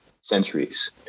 centuries